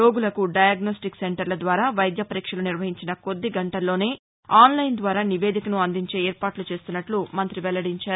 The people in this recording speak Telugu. రోగులకు డయాగ్నొష్టిక్ సెంటర్ల ద్వారా వైద్య పరీక్షలు నిర్వహించిన కొద్ది గంటల్లోనే ఆన్లైన్ ద్వారా నివేదికను అందించే ఏర్పాట్లు చేస్తున్నట్లు మంత్రి వెల్లడించారు